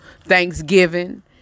Thanksgiving